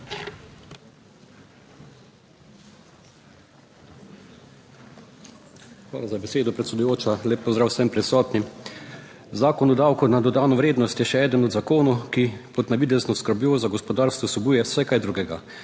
Hvala za besedo, predsedujoča. Lep pozdrav vsem prisotnim! Zakon o davku na dodano vrednost je še eden od zakonov, ki pod navidezno skrbjo za gospodarstvo vsebuje vse kaj drugega.